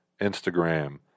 Instagram